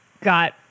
got